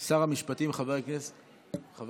שר המשפטים חבר הכנסת